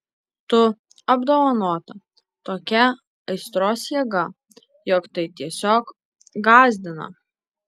tu apdovanota tokia aistros jėga jog tai tiesiog gąsdina